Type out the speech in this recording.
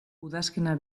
udazkena